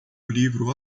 livro